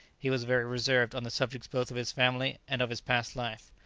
he was very reserved on the subjects both of his family and of his past life.